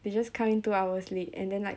they just come in two hours late and then like